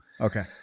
Okay